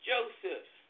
Joseph